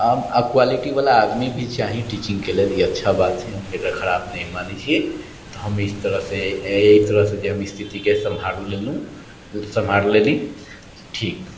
आ क्वालिटी वाला आदमी भी चाही टीचिङ्गके लेल ई अच्छा बात छी हम एकरा खराब नहि मानैत छिऐ तऽ हम इस तरह से एहि तरहसँ जे हइ हम स्थितिके सम्हार लेलहूँ सम्हार लेली ठीक